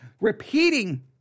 repeating